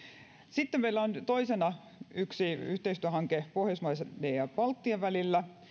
sitten toisena meillä on yksi yhteistyöhanke pohjoismaiden ja baltian välillä